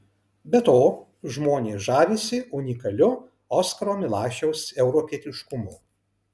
be to žmonės žavisi unikaliu oskaro milašiaus europietiškumu